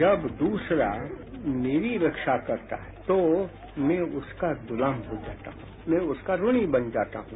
जब द्रसरा मेरी रक्षा करता है तो मैं उसका गुलाम हो जाता हूँ मैं उसका ऋणी बन जाता हूँ